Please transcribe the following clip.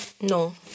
no